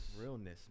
Realness